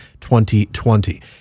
2020